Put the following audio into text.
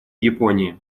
японии